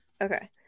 Okay